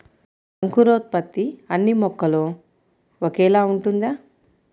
అంకురోత్పత్తి అన్నీ మొక్కలో ఒకేలా ఉంటుందా?